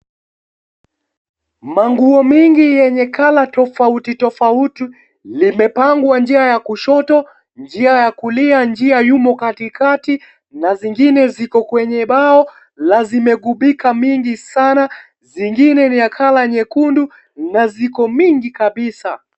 Manguo mingi yenye colour tofauti tofauti limepangwa njia ya kushoto, njia ya kulia, njia yumo katikati na zingine ziko kwenye bao na zimegubika mingi sana, zingine ni ya colour nyekundu na ziko mingi kabisa.